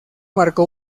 marcó